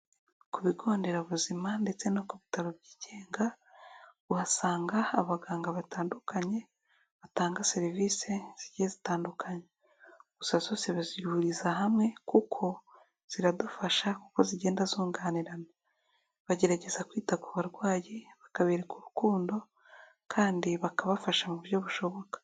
Ku bigo nderabuzima ndetse no ku bitaro byigenga, uhasanga abaganga batandukanye batanga serivisi zigiye zitandukanye. Gusa zose bazihuriza hamwe kuko ziradufasha kuko zigenda zunganirana. Bagerageza kwita ku barwayi bakabereka urukundo, kandi bakabafasha mu buryo bushoboka.